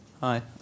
Hi